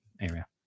area